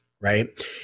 right